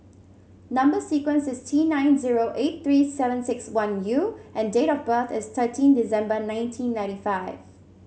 number sequence is T nine zero eight three seven six one U and date of birth is thirteen December nineteen ninety five